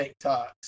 TikToks